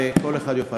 וכל אחד יוכל לקבל.